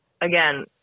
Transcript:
again